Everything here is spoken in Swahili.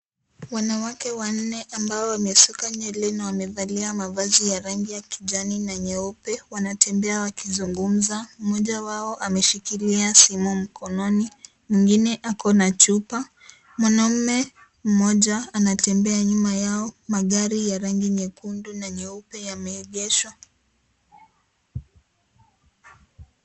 Wanawake wanne ambao wamesuka nywele na wamevalia mavazi ya rangi ya kijani na nyeupe, wanatembea wakizungumza. Mmoja wao ameshikilia simu mkononi mwingine ako na chupa. Mwanaume mmoja anatembea nyuma yao magari ya rangi nyekundu na nyeupe yameegeshwa.